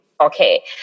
Okay